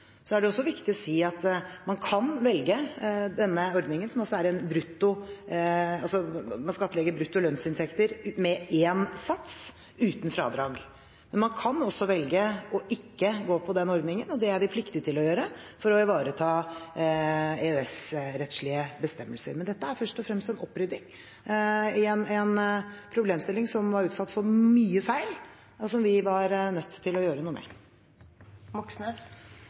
Så er det også viktig å si at man kan velge denne ordningen, hvor man skattlegger brutto lønnsinntekter med én sats uten fradrag. Men man kan også velge å ikke gå for den ordningen, og det er vi pliktig til å gjøre for å ivareta EØS-rettslige bestemmelser. Men dette er først og fremst en opprydding i en problemstilling som var utsatt for mye feil, og som vi var nødt til å gjøre noe med.